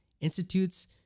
institutes